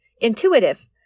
Intuitive